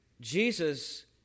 Jesus